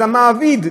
אז המעביד,